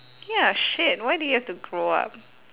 ya shit why did we have to grow up